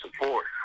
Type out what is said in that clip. support